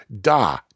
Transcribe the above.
da